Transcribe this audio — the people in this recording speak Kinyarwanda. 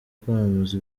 kwamamaza